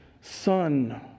son